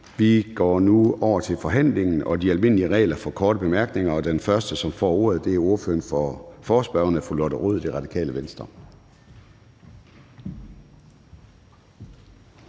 Vi går nu over til forhandlingen og de almindelige regler for korte bemærkninger. Den første, som får ordet, er ordføreren for forespørgerne, fru Lotte Rod, Radikale Venstre.